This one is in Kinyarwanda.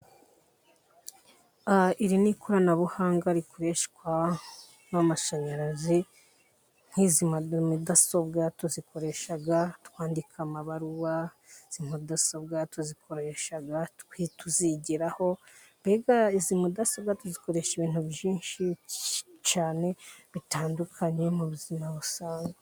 A iri ni ikoranabuhanga rikoreshwa n'amashanyarazi nk'izi mudasobwa, tuzikoresha twandika amabaruwa, izi mudasobwa tuzikoresha twe tuzigiraho, mbega izi mudasobwa tuzikoresha ibintu byinshi cyane, bitandukanye mu buzima busanzwe.